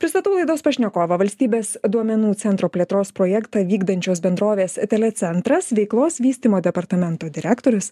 pristatau laidos pašnekovą valstybės duomenų centro plėtros projektą vykdančios bendrovės telecentras veiklos vystymo departamento direktorius